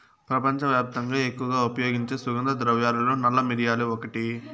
ప్రపంచవ్యాప్తంగా ఎక్కువగా ఉపయోగించే సుగంధ ద్రవ్యాలలో నల్ల మిరియాలు ఒకటి